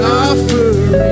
offering